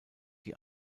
die